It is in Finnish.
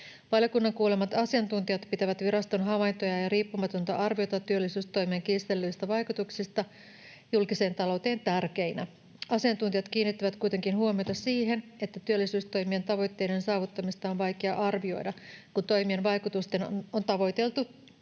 Valiokunnan kuulemat asiantuntijat pitävät viraston havaintoja ja riippumatonta arviota työllisyystoimien kiistellyistä vaikutuksista julkiseen talouteen tärkeinä. Asiantuntijat kiinnittivät kuitenkin huomiota siihen, että työllisyystoimien tavoitteiden saavuttamista on vaikea arvioida, kun toimien vaikutusten on tavoiteltu